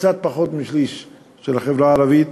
קצת פחות משליש של החברה הערבית,